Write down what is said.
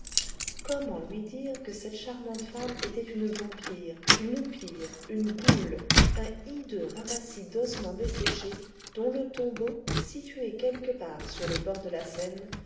comment lui dire que cette charmante femme était une vampire une oupire une goule un hideux ramassis d'ossements desséchés dont le tombeau situé quelque part sur les bords de la seine